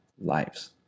lives